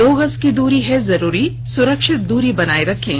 दो गज की दूरी है जरूरी सुरक्षित दूरी बनाए रखें